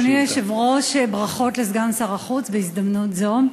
אדוני היושב-ראש, ברכות לסגן שר החוץ בהזדמנות זו.